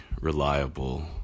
reliable